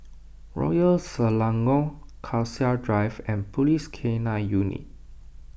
Royal Selangor Cassia Drive and Police K nine Unit